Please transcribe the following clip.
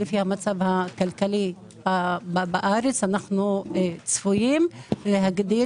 לפי המצב הכלכלי בארץ אנחנו צפויים להגדיל